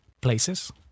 places